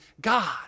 God